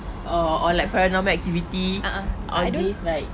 uh or like paranormal activity all these like